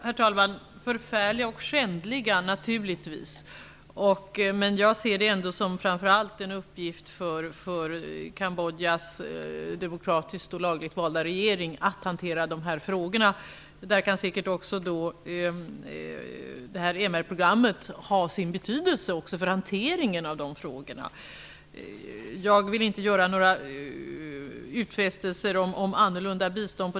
Herr talman! Jag anser naturligtvis att krigsförbrytelserna är förfärliga och skändliga. Men jag ser det ändå som en uppgift för framför allt Kambodjas demokratiskt och lagligt valda regering att hantera de frågorna. MR-rådet kan säkert också ha sin betydelse vid den hanteringen. Jag vill inte på detta stadium göra några utfästelser om annorlunda bistånd.